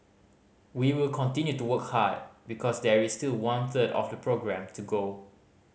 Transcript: we will continue to work hard because there is still one third of the programme to go